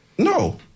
no